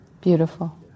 Beautiful